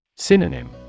Synonym